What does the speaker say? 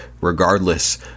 regardless